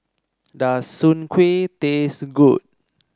does Soon Kuih taste good